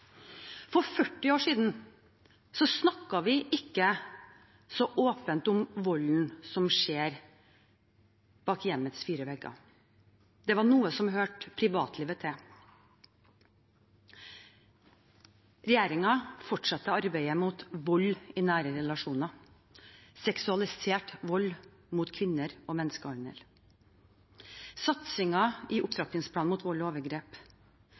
For 40 år siden snakket vi ikke så åpent om volden som skjer innenfor hjemmets fire vegger. Det var noe som hørte privatlivet til. Regjeringen fortsetter arbeidet mot vold i nære relasjoner, seksualisert vold mot kvinner og menneskehandel. Satsingen i opptrappingsplanen mot vold og overgrep,